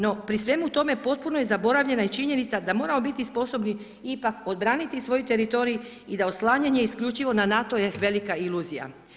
No pri svemu tome potpuno je zaboravljena i činjenica da moramo biti sposobni ipak odbraniti svoj teritorij i da oslanjanje isključivo na NATO je velika iluzija.